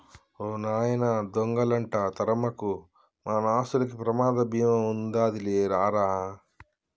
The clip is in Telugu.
ఓ నాయనా దొంగలంట తరమకు, మన ఆస్తులకి ప్రమాద బీమా ఉండాదిలే రా రా